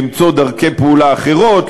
למצוא דרכי פעולה אחרות,